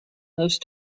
those